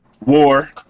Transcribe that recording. War